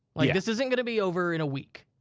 like, this isn't gonna be over in a week.